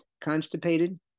constipated